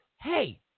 hey